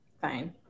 Fine